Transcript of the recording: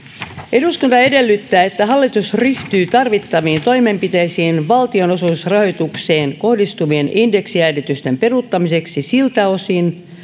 eduskunta edellyttää että hallitus ryhtyy tarvittaviin toimenpiteisiin valtionosuusrahoitukseen kohdistuvien indeksijäädytysten peruuttamiseksi siltä osin